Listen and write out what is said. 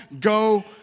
Go